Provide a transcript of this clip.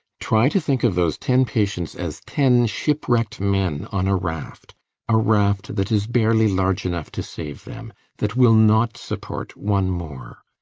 try to think of those ten patients as ten shipwrecked men on a raft a raft that is barely large enough to save them that will not support one more.